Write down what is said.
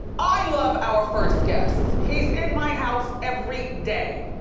i love our first guest. he's in my house every day.